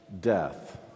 death